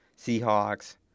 Seahawks